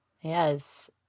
yes